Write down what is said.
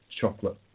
chocolate